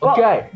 Okay